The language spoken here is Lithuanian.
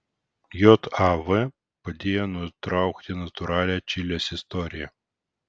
jav padėjo nutraukti natūralią čilės istoriją